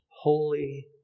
holy